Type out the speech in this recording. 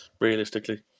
realistically